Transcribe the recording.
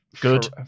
good